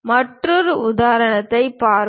மற்றொரு உதாரணத்தைப் பார்ப்போம்